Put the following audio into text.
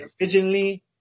originally